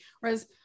Whereas